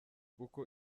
kuko